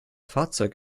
fahrzeug